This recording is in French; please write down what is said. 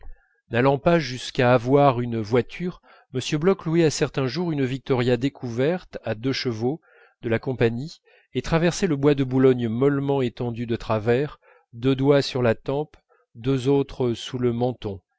n'allant pas jusqu'à avoir une voiture m bloch louait à certains jours une victoria découverte à deux chevaux de la compagnie et traversait le bois de boulogne mollement étendu de travers deux doigts sur la tempe deux autres sous le menton